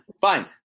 fine